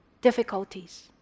Difficulties